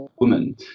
woman